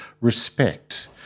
respect